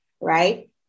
Right